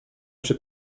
przy